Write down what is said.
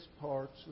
parts